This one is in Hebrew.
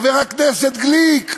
חבר הכנסת גליק.